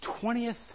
twentieth